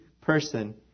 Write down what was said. person